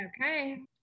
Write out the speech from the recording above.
okay